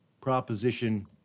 proposition